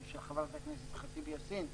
ושל חברת הכנסת ח'טיב יאסין.